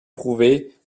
prouvées